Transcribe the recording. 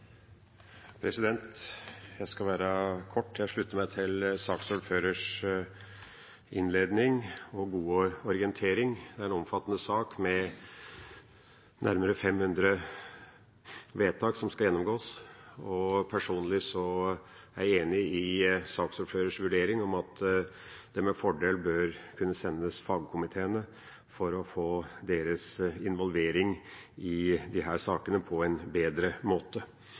Jeg skal være kort. Jeg slutter meg til saksordførerens innledning og gode orientering. Det er en omfattende sak med nærmere 500 vedtak som skal gjennomgås, og personlig er jeg enig i saksordførerens vurdering om at det med fordel bør kunne sendes fagkomiteene for å få deres involvering i disse sakene på en bedre måte.